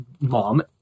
mom